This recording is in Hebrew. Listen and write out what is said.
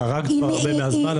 חרגת הרבה מהזמן.